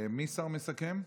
מי השר המסכם?